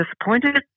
disappointed